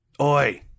Oi